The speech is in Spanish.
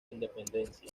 independencia